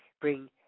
Bring